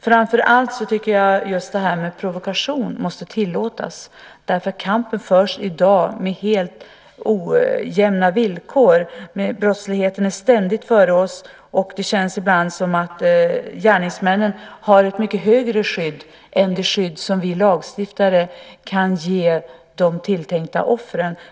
Framför allt tycker jag att provokation måste tillåtas, för kampen förs i dag på helt ojämna villkor. Brottsligheten är ständigt före oss. Det känns ibland som om gärningsmännen har ett mycket högre skydd än det skydd som vi lagstiftare kan ge de tilltänkta offren.